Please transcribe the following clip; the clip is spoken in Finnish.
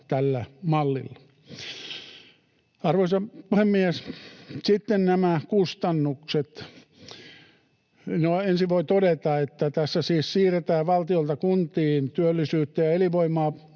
Arvoisa puhemies! Sitten nämä kustannukset: No, ensin voi todeta, että tässä siis siirretään valtiolta kuntiin työllisyyttä ja elinvoimaa